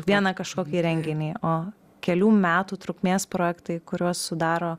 vieną kažkokį renginį o kelių metų trukmės projektai kuriuos sudaro